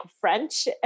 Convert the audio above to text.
French